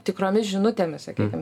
o tikromis žinutėmis sakykim